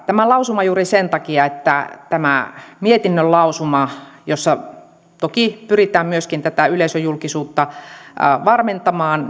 tämä lausuma on juuri sen takia että mietinnön lausuma jossa toki pyritään myöskin tätä yleisöjulkisuutta varmentamaan